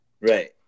right